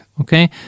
okay